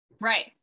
Right